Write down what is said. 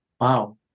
Wow